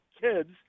kids